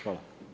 Hvala.